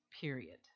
period